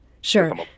Sure